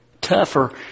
tougher